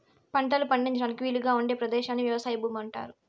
పంటలు పండించడానికి వీలుగా ఉండే పదేశాన్ని వ్యవసాయ భూమి అంటారు